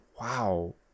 Wow